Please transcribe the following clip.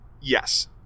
yes